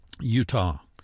Utah